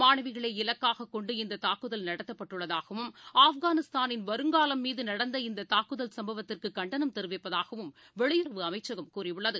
மாணவிகளை இலக்காகொண்டு இந்ததாக்குதல் நடத்தப்பட்டுள்ளதாகவும் ஆப்கானிஸ்தானின் வருங்காலம் மீதுநடந்த இந்ததாக்குதலுக்குக் கண்டனம் தெரிவிப்பதாகவும் வெளியுறவு அமைச்சகம் கூறியுள்ளது